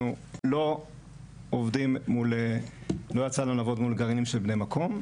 לא יצא לנו לעבוד מול גרעיני של בני מקום,